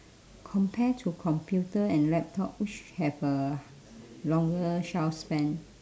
compare to computer and laptop which have a longer shelf span